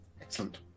excellent